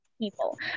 people